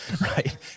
right